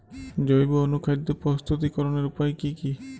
জৈব অনুখাদ্য প্রস্তুতিকরনের উপায় কী কী?